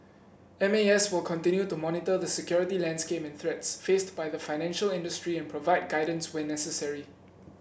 M A S will continue to monitor the security landscape and threats faced by the financial industry and provide guidance where necessary